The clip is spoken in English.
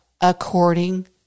according